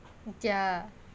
ya